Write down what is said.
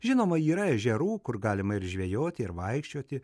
žinoma yra ežerų kur galima ir žvejoti ir vaikščioti